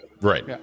Right